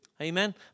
Amen